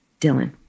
Dylan